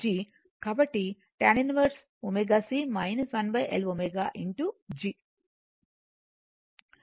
కాబట్టి tan 1 ω C 1L ωG